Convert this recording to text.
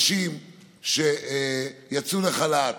שאנשים שיצאו לחל"ת,